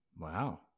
Wow